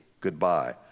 goodbye